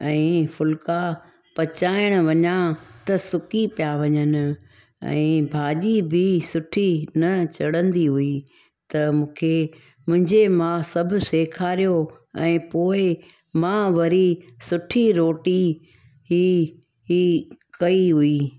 ऐं फुल्का पचाइणु वञां त सुकी पिया वञनि ऐं भाॼी बि सुठी न चणंदी हुई त मूंखे मुंहिंजे मां सभु सेखारियो ऐं पोइ मां वरी सुठी रोटी ई ई कयी हुई